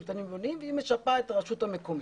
קטנים ובינוניים והיא משפה את הרשות המקומית.